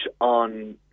on